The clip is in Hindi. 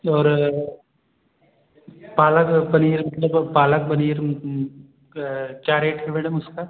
और पालक पनीर मतलब पालक पनीर क्या रेट है मैडम उसका